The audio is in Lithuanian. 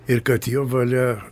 ir kad jo valia